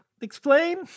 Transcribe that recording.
Explain